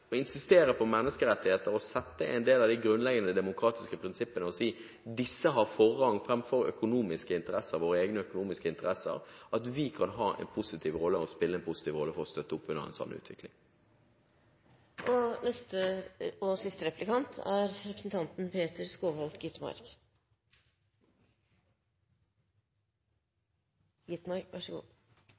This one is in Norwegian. å insistere på menneskerettigheter og si at en del av de grunnleggende demokratiske prinsippene har forrang framfor vår egne økonomiske interesser, at vi kan spille en positiv rolle for å støtte opp under en slik utvikling.